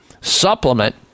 supplement